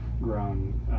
grown